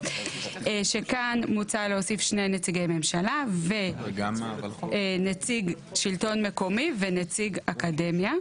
כאן מוצע להוסיף שני נציגי ממשלה ונציג שלטון מקומי ונציג אקדמיה.